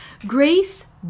Grace